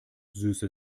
süße